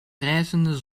rijzende